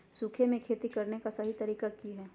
सूखे में खेती करने का सही तरीका की हैय?